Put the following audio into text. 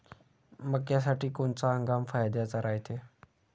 मक्क्यासाठी कोनचा हंगाम फायद्याचा रायते?